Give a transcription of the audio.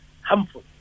harmful